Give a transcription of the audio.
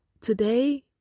today